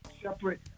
separate